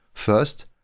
First